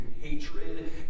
hatred